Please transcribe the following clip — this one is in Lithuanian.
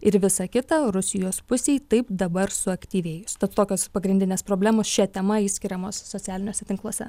ir visa kita rusijos pusėj taip dabar suaktyvėjus tad tokios pagrindinės problemos šia tema išskiriamos socialiniuose tinkluose